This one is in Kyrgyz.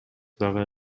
дагы